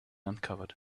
uncovered